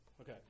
Okay